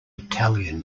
italian